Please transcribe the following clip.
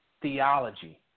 Theology